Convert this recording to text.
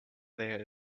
there